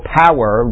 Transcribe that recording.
power